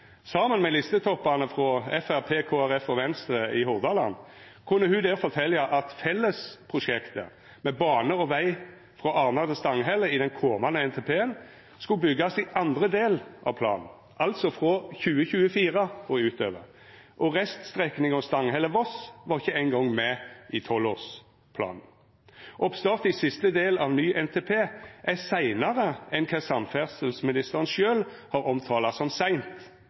Saman med listetoppane frå Framstegspartiet, Kristeleg Folkeparti og Venstre i Hordaland kunne ho der fortelja at fellesprosjektet med bane og veg frå Arna til Stanghelle i den komande NTP-en skulle byggjast i andre del av planen, altså frå 2024 og utover. Og reststrekninga Stanghelle–Voss var ikkje ein gong med i 12-årsplanen. Oppstart av siste del av ny NTP er seinare enn kva samferdselsministeren sjølv har omtala som seint.